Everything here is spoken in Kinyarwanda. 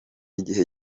igihe